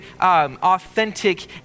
authentic